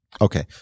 Okay